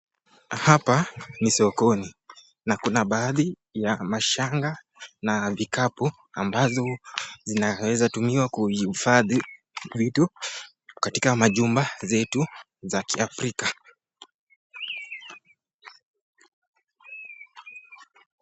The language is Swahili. Hapa ni sokoni na kuna baadhi ya mashanga na vikapu ambazo zinazoweza tumiwa kwa ujihifadhi vitu katika majumba zetu za kiafrika.